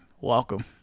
Welcome